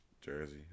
jersey